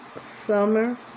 summer